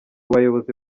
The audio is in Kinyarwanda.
bayobozi